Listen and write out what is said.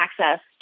access